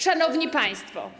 Szanowni Państwo!